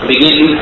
begin